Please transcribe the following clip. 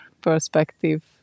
perspective